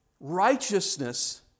Righteousness